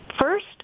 First